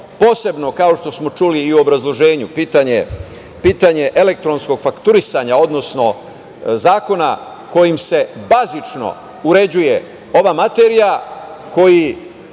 posebno, kao što smo čuli i u obrazloženju, pitanje elektronskog fakturisanja, odnosno zakona kojim se bazično uređuje ova materija, koji